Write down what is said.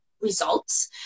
results